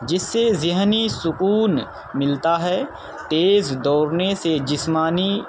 جس سے ذہنی سکون ملتا ہے تیز دوڑنے سے جسمانی